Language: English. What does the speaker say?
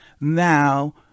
now